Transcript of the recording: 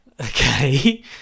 Okay